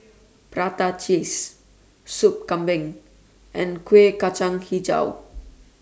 Prata Cheese Sop Kambing and Kueh Kacang Hijau